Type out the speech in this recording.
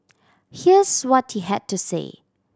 here's what he had to say